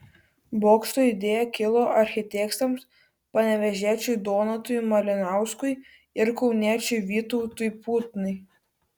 bokšto idėja kilo architektams panevėžiečiui donatui malinauskui ir kauniečiui vytautui putnai